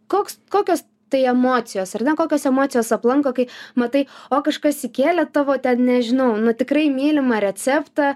koks kokios tai emocijos ar ne kokios emocijos aplanko kai matai o kažkas įkėlė tavo ten nežinau nu tikrai mylimą receptą